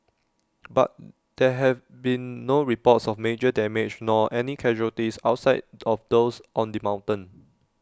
but there have been no reports of major damage nor any casualties outside of those on the mountain